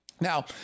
Now